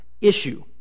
issue